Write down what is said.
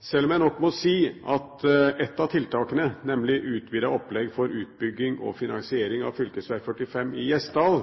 selv om jeg nok må si at ett av tiltakene, nemlig utvidet opplegg for utbygging og finansiering av fv. 45 i Gjesdal,